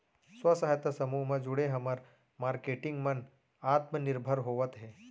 स्व सहायता समूह म जुड़े हमर मारकेटिंग मन आत्मनिरभर होवत हे